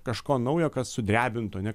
kažko naujo kas sudrebintų ane kas